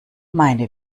meine